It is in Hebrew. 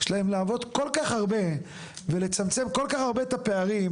יש להם לעבוד כל כך הרבה ולצמצם כל כך הרבה את הפערים